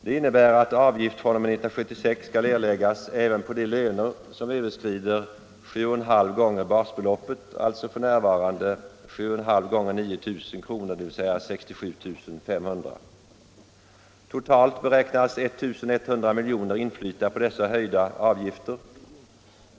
Det innebär att avgift fr.o.m. 1976 skall erläggas även på de löner som överskrider 7,5 gånger basbeloppet, alltså f. n. 7,5 gånger 9 000 kr. eller 67 500 kr. Totalt beräknas 1100 miljoner inflyta på dessa höjda avgifter.